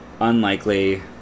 unlikely